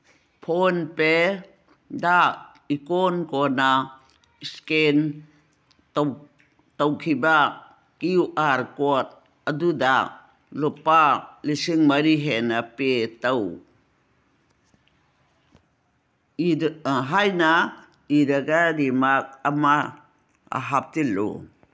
phone ꯄꯦꯗ icon ꯀꯣꯟꯅ scan ꯇꯧꯈꯤꯕ ꯀ꯭ꯌꯨ ꯑꯥꯔ ꯀꯣꯠ ꯑꯗꯨꯗ ꯂꯨꯄꯥ ꯂꯤꯁꯤꯡ ꯃꯔꯤ ꯍꯦꯟꯅ ꯄꯦ ꯇꯧ ꯍꯥꯏꯅ ꯏꯔꯒ ꯔꯤꯃꯥꯛ ꯑꯃ ꯍꯥꯞꯆꯤꯜꯂꯨ